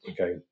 Okay